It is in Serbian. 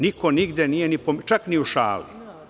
Niko nigde nije pomenuo, čak ni u šali.